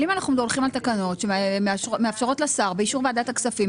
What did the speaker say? אם אנחנו הולכים על תקנות שמאפשרות לשר באישור ועדת הכספים,